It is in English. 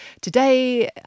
today